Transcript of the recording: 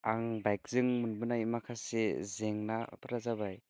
आं बाइकजों मोनबोनाय माखासे जेंनाफ्रा जाबाय